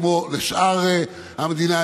כמו לשאר המדינה.